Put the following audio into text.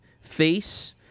face